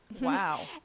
Wow